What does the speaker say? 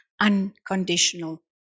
unconditional